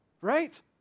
right